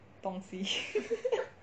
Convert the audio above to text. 东西